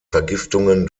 vergiftungen